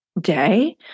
day